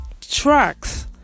tracks